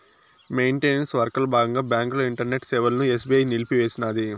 maintenance వర్కల బాగంగా బాంకుల ఇంటర్నెట్ సేవలని ఎస్బీఐ నిలిపేసినాది